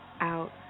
out